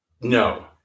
No